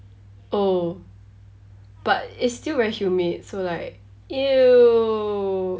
oh but it's still very humid so like !eww!